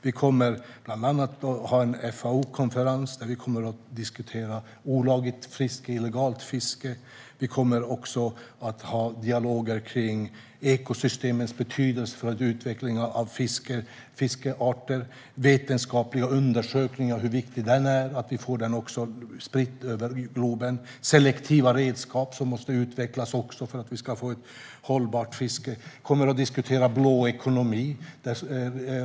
Vi kommer bland annat att ha en FAO-konferens där vi kommer att diskutera olagligt fiske, illegalt fiske. Vi kommer också att ha dialoger om ekosystemens betydelse för utvecklingen av fiskarter. Det är viktigt att vi får vetenskapliga undersökningar spridda över globen. Selektiva redskap måste också utvecklas för att vi ska få ett hållbart fiske. Vi kommer att diskutera blå ekonomi.